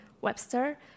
Webster